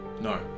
No